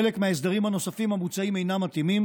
חלק מההסדרים הנוספים המוצעים אינם מתאימים